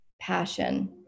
passion